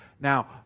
Now